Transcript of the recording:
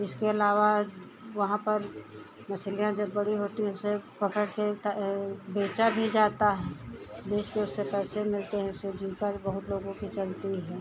इसके अलावा वहाँ पर मछलियाँ जब बड़ी होती हैं उसे पकड़कर तो बेचा भी जाता है बेचकर उससे पैसे मिलते हैं उससे जीविका भी बहुत लोगों की चलती है